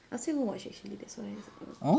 I still haven't watch actually that's why I